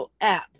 app